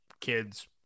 kids